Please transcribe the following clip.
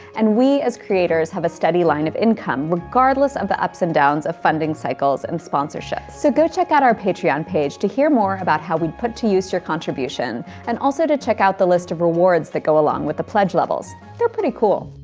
and we as creators have a steady line of income regardless of the ups and downs of funding cycles and sponsorship. so go check out our patreon page to hear more about how we put to use your contribution and also to check out the list of rewards that go along with the pledge levels. they're pretty cool.